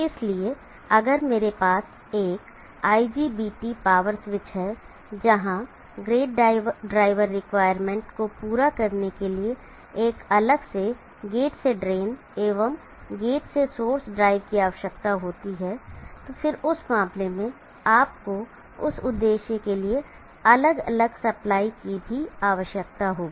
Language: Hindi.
इसलिए अगर मेरे पास एक IGBT पावर स्विच है जहां गेट ड्राइवर रिक्वायरमेंट को पूरा करने के लिए एक अलग से गेट से ड्रेन एवं गेट से सोर्स ड्राइव की आवश्यकता होती है फिर उस मामले में आपको इस उद्देश्य के लिए अलग अलग सप्लाई की भी आवश्यकता होगी